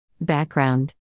Background